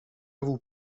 vous